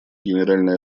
генеральной